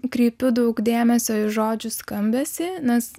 kreipiu daug dėmesio į žodžių skambesį nes